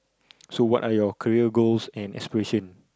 so what are your career goals and aspiration